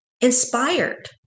inspired